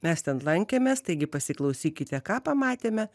mes ten lankėmės taigi pasiklausykite ką pamatėme